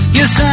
Yes